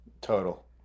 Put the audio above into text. total